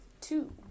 two